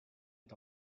est